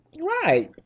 Right